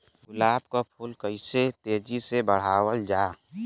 गुलाब क फूल के कइसे तेजी से बढ़ावल जा?